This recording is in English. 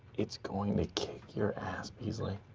it's going to kick your ass, beesly.